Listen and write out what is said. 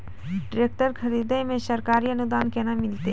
Tractor खरीदै मे सरकारी अनुदान केना मिलतै?